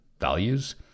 values